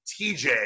TJ